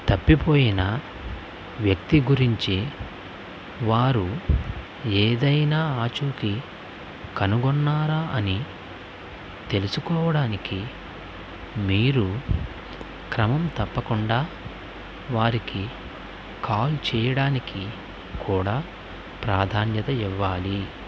తప్పిపోయిన వ్యక్తి గురించి వారు ఏదైనా ఆచూకీ కనుగొన్నారా అని తెలుసుకోవడానికి మీరు క్రమం తప్పకుండా వారికి కాల్ చేయడానికి కూడా ప్రాధాన్యత ఇవ్వాలి